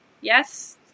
yes